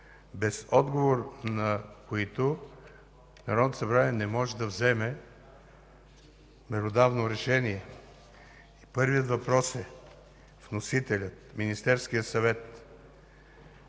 без отговор на които Народното събрание не може да вземе меродавно решение. Първият въпрос е вносителят – Министерският съвет,